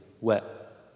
wet